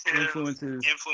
influences